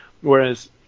whereas